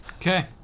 Okay